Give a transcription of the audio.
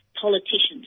politicians